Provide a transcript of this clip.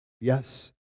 yes